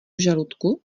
žaludku